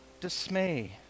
dismay